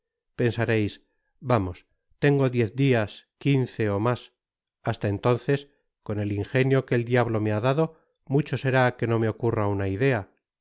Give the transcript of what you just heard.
pensareis vamos tengo diez dias quince ó mas hasta entonces con el injenio que el diablo me ha dado mucho será que no me ocur fa una idea